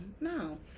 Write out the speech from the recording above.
no